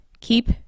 keep